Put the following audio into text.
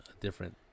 different